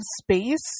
space